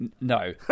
No